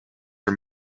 are